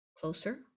closer